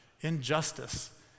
injustice